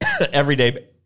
everyday